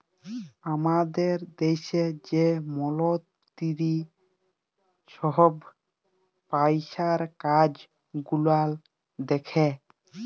আমাদের দ্যাশে যে মলতিরি ছহব পইসার কাজ গুলাল দ্যাখে